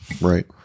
right